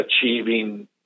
achieving